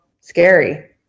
scary